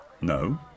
No